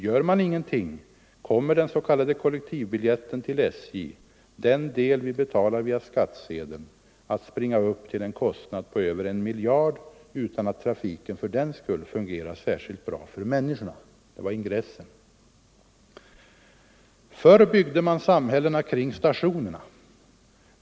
Gör man ingenting kommer den s.k. kollektivbiljetten till SJ — den del vi betalar via skattsedeln — att springa upp till en kostnad på över en miljard utan att trafiken för den skull fungerar särskilt bra för människorna.” Det var ingressen. Och fortsättningen lyder: ”Förr byggde man samhällena kring stationerna.